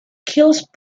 kielce